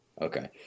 Okay